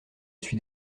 suis